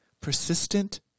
Persistent